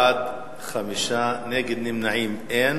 בעד, 5, נגד ונמנעים, אין.